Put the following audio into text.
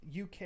UK